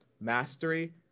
mastery